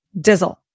dizzle